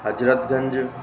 Hazratganj